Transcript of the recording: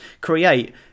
create